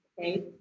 okay